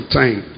time